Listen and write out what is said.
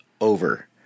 over